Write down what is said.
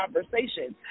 conversations